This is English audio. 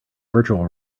virtual